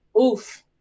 oof